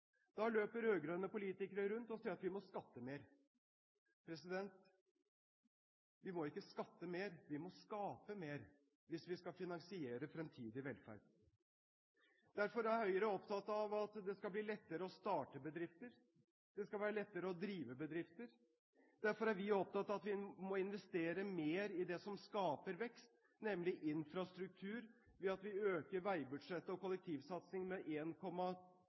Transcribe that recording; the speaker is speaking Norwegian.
Da løper rød-grønne politikere rundt og sier at vi må skatte mer. Vi må ikke skatte mer, vi må skape mer hvis vi skal finansiere fremtidig velferd. Derfor er Høyre opptatt av at det skal bli lettere å starte bedrifter, det skal være lettere å drive bedrifter. Derfor er vi opptatt av at vi må investere mer i det som skaper vekst, nemlig infrastruktur, ved at vi øker veibudsjettet og kollektivsatsing med